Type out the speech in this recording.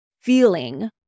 feeling